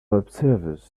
observers